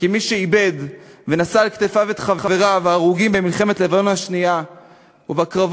כמי שאיבד ונשא על כתפיו את חבריו ההרוגים במלחמת לבנון השנייה ובקרבות